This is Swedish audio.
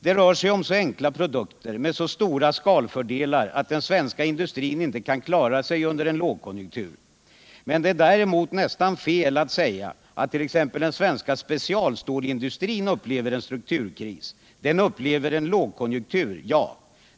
Det rör sig om enkla produkter med så stora skalfördelar, att den svenska industrin inte kan klara sig under en lågkonjunktur. Men det är inte riktigt att samtidigt säga, att t.ex. den svenska specialstålindustrin upplever en strukturkris. Den upplever en lågkonjunktur, ja.